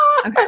Okay